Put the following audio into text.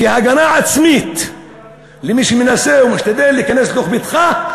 כהגנה עצמית ממי שמנסה או משתדל להיכנס לתוך ביתך,